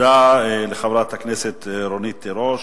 תודה לחברת הכנסת רונית תירוש.